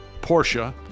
Porsche